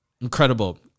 incredible